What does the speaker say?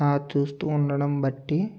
ఆ చూస్తూ ఉండడం బట్టి